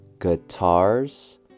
guitars